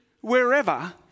wherever